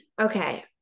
Okay